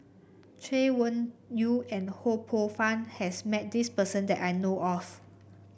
Chay Weng Yew and Ho Poh Fun has met this person that I know of